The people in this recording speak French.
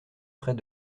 frais